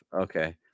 Okay